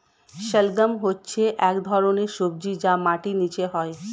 শালগ্রাম হচ্ছে এক ধরনের সবজি যা মাটির নিচে হয়